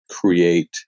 create